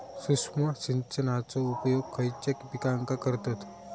सूक्ष्म सिंचनाचो उपयोग खयच्या पिकांका करतत?